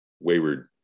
wayward